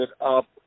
up